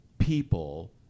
people